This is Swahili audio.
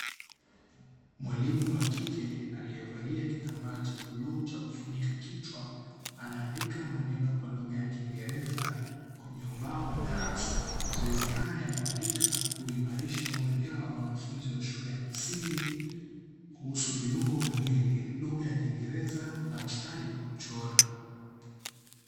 Mwalimu wa kike aliyevalia kitambaa cha bluu cha kufunika kichwa, anaandika maneno kwa lugha ya kiingereza kwenye ubao wa darasa. Mazoezi hata ya kuandika huimarisha uelewa wa wanafunzi wa shule ya msingi, kuhusu viungo vya mwili, lugha ya kiingereza na ustadi wa kuchora.